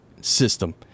system